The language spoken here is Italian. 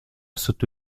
sotto